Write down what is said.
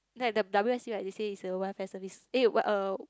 like the W_S_C like they say is a welfare service eh uh